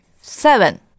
seven